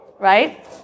right